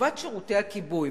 לטובת שירותי הכיבוי.